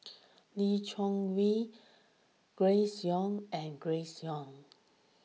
Lee Choy Wee Grace Young and Grace Young